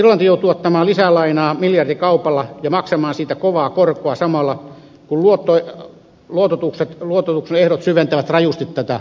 irlanti joutuu ottamaan lisälainaa miljardikaupalla ja maksamaan siitä kovaa korkoa samalla kun luototuksen ehdot syventävät rajusti tätä lamaa